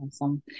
Awesome